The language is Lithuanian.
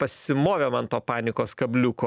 pasimovėm man to panikos kabliuko